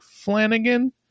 Flanagan